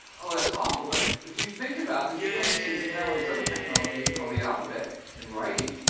oh, that's awful. but if we think about the dependency that we have on this other technology, called the alphabet, and writing,